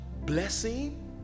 blessing